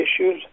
issues